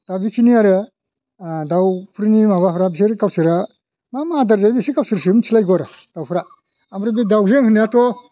दा बिखिनि आरो दावफोरनि माबाफ्रा बिसोर गावसोरा मा मा आदार जायो गावसोरसो मिथिलायगौ आरो दावफ्रा ओमफ्राय बे दावजें होननायाथ